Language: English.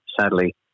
sadly